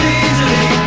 easily